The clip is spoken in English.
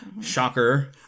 Shocker